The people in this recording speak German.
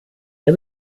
der